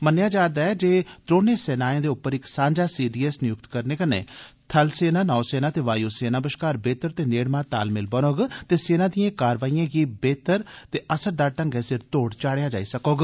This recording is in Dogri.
मन्नेआ जा'रदा ऐ जे त्रौनें सेनाएं दे उप्पर इक सांझा सीडीएस नियुक्त करने कन्नै थलसेना नौसेना ते वायुसेना बश्कार बेह्तर ते नेड़मा तालमेल बनोग ते सेना दिए कारवाईए गी बी बेह्तर ते असरदार ढ़ंगै सिर तोड़ चाड़ेआ जाई सकोग